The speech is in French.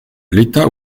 l’état